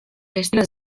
estilo